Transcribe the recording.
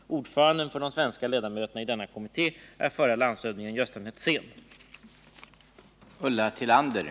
Ordförande för de svenska ledamöterna i denna kommitté är förre landshövdingen Gösta Netzén.